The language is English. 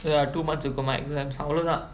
ya two months ago my exam இக்குமா அவ்ளோதா:ikkumaa avlothaa